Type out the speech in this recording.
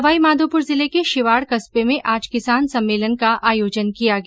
सवाईमाघोपुर जिले के शिवाड कस्बे में आज किसान सम्मेलन का आयोजन किया गया